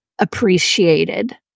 appreciated